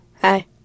Hi